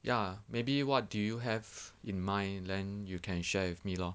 ya maybe what do you have in mind then you can share with me lor